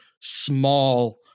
small